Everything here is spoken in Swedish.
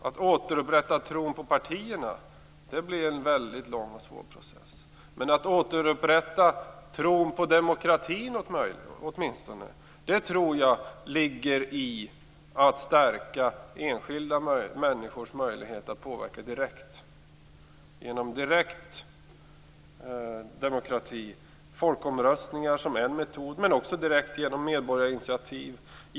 Att återupprätta tron på partierna blir en väldigt lång och svår process. Men möjligheten att åtminstone återupprätta tron på demokratin tror jag ligger i att stärka enskilda människors möjlighet att påverka direkt, alltså genom direkt demokrati. Folkomröstningar kan vara en metod, men det kan också ske direkt genom medborgarinitiativ.